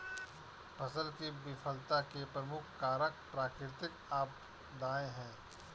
फसल की विफलता के प्रमुख कारक प्राकृतिक आपदाएं हैं